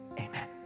Amen